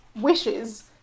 wishes